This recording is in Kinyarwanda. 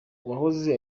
uwahoze